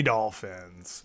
Dolphins